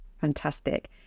Fantastic